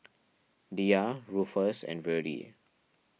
Diya Rufus and Virdie